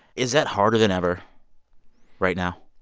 is that harder than ever right now?